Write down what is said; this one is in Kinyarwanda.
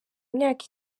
imyaka